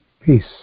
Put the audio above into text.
Peace